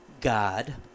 God